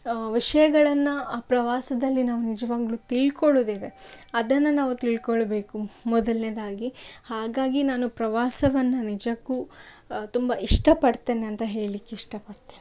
ವಿಷಯಗಳನ್ನು ಆ ಪ್ರವಾಸದಲ್ಲಿ ನಾವು ನಿಜವಾಗಲೂ ತಿಳ್ಕೊಳ್ಳೋದಿದೆ ಅದನ್ನು ನಾವು ತಿಳ್ಕೊಳ್ಬೇಕು ಮೊದಲನೇದಾಗಿ ಹಾಗಾಗಿ ನಾನು ಪ್ರವಾಸವನ್ನು ನಿಜಕ್ಕೂ ತುಂಬ ಇಷ್ಟಪಡ್ತೇನೆ ಅಂತ ಹೇಳಲಿಕ್ಕೆ ಇಷ್ಟಪಡ್ತೇನೆ